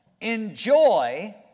enjoy